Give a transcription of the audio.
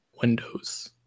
Windows